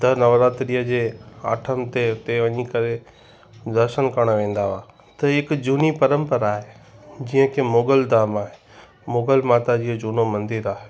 त नवरात्रीअ जे आठम ते उते वञी करे दर्शन करण वेंदा हुआ त ही हिकु झूनी परंपरा आहे जीअं के मोगल धाम आहे मोगल माता जी जो झूनो मंदरु आहे